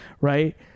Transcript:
Right